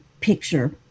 picture